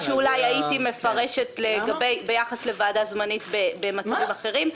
אולי מפרשת ביחס לוועדה זמנית במצבים אחרים.